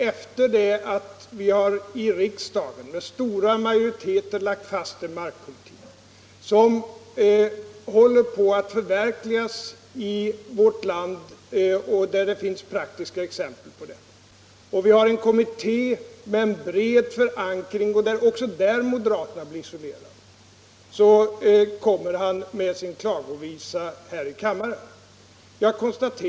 Efter det att vi i riksdagen med stor majoritet har lagt fast en markpolitik som håller på att förverkligas — det finns praktiska exempel på det — och när vi har en kommitté med bred förankring bl.a. i de politiska partierna där moderaterna också blev isolerade, framför herr Danell sin klagovisa här i kammaren. Det måste vara ett uttryck för dåligt humör hos herr Danell.